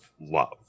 love